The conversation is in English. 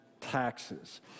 Taxes